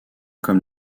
comme